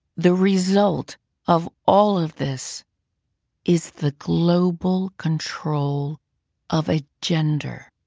the result of all of this is the global control of a gender.